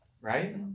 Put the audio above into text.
right